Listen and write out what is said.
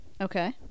Okay